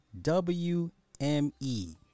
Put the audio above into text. WME